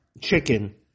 chicken